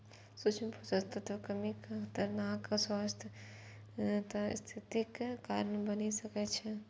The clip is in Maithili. सूक्ष्म पोषक तत्वक कमी खतरनाक स्वास्थ्य स्थितिक कारण बनि सकै छै